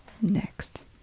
next